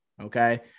okay